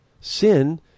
sin